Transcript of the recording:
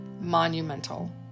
monumental